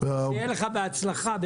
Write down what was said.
שיהיה לך בהצלחה.